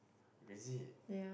is it